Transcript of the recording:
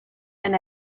and